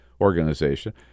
organization